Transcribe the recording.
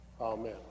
Amen